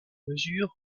mesure